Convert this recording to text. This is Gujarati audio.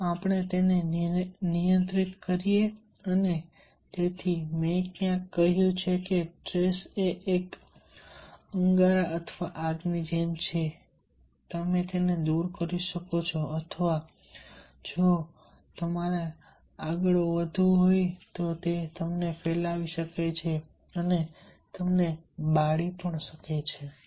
ચાલો આપણે તેને નિયંત્રિત કરીએ અને તેથી મેં ક્યાંક કહ્યું છે કે સ્ટ્રેસ એ એક અંગારા અથવા આગની જેમ છે તમે તેને દૂર કરી શકો છો અથવા જો તમારે ફેલાવવું હોય તો તે તમને ફેલાવી શકે છે અને તમને બાળી પણ શકે છે